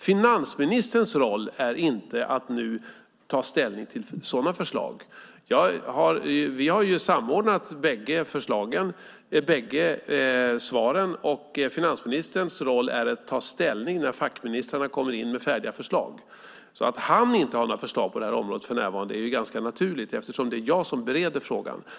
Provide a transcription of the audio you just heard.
Finansministerns roll är inte att nu ta ställning till sådana förslag. Vi har samordnat bägge svaren. Finansministerns roll är att ta ställning när fackministrarna kommer in med färdiga förslag. Att han för närvarande inte har några förslag på området är naturligt eftersom det är jag som bereder frågan.